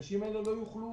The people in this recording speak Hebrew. האנשים לא יוכלו